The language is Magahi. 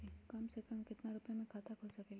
कम से कम केतना रुपया में खाता खुल सकेली?